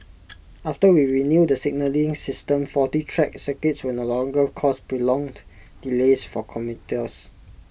after we renew the signalling system faulty track circuits will no longer cause prolonged delays for commuters